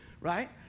right